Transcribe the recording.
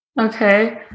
Okay